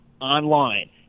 online